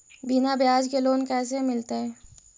बिना ब्याज के लोन कैसे मिलतै?